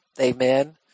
Amen